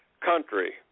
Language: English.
country